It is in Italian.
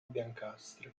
biancastri